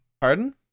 Pardon